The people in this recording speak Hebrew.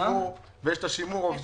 יש את רשות התעסוקה ויש את שימור העובדים.